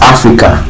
Africa